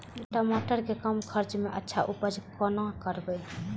टमाटर के कम खर्चा में अच्छा उपज कोना करबे?